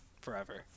forever